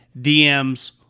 DMs